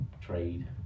trade